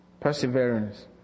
perseverance